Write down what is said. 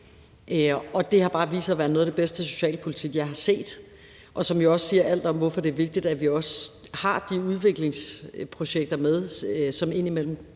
Og det har bare vist sig at være noget af det bedste socialpolitik, jeg har set, hvilket jo også siger alt om, hvorfor det er vigtigt, at vi har de udviklingsprojekter med, som der indimellem